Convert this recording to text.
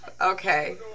Okay